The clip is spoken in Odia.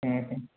ହୁଁ ହୁଁ